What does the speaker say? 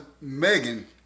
Megan